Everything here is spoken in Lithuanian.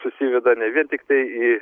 susiveda ne vien tiktai į